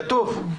כתוב.